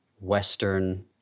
Western